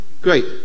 great